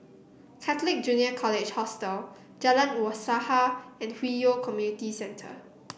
Catholic Junior College Hostel Jalan Usaha and Hwi Yoh Community Centre